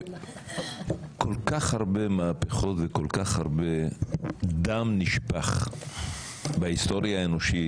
כל כך הרבה מהפכות וכל כך הרבה דם נשפך בהיסטוריה האנושית,